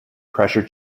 pressure